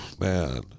man